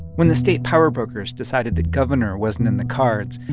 when the state powerbrokers decided that governor wasn't in the cards,